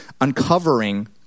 uncovering